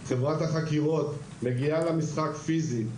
חברת החקירות מגיעה למשחק פיזית.